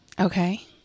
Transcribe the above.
Okay